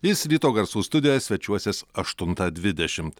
jis ryto garsų studijoje svečiuosis aštuntą dvidešimt